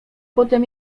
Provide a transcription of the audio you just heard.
potem